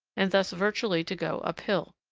and thus virtually to go up hill.